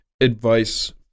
advice